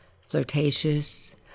flirtatious